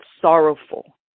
sorrowful